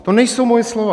To nejsou moje slova.